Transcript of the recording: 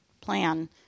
plan